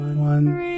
one